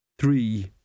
Three